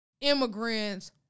immigrants